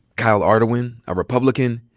kyle ardoin, a republican,